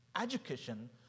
education